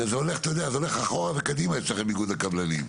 זה הולך אחורה וקדימה אצלכם באיגוד הקבלנים.